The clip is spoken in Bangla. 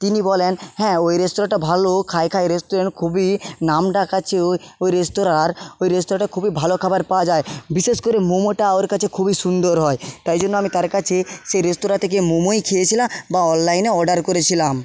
তিনি বলেন হ্যাঁ ওই রেস্তোরাঁটা ভালো খাই খাই রেস্টুরেন্ট খুবই নাম ডাক আছে ওই রেস্তোরাঁর ওই রেস্তোরাঁটা খুবই ভালো খাবার পাওয়া যায় বিশেষ করে মোমোটা ওর কাছে খুবই সুন্দর হয় তাই জন্য আমি তার কাছে সেই রেস্তোরাঁতে গিয়ে মোমোই খেয়েছিলাম বা অনলাইনে অর্ডার করেছিলাম